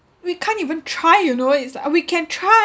we can't even try you know is like we can try